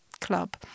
Club